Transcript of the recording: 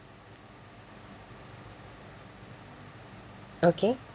okay